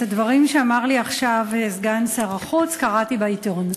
את הדברים שאמר לי עכשיו סגן שר החוץ קראתי בעיתון,